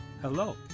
Hello